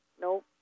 Nope